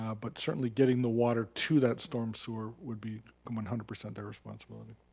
ah but certainly getting the water to that storm sewer would be one hundred percent their responsibility.